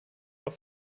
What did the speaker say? auf